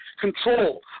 control